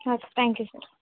thank you sir